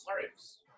tariffs